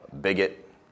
bigot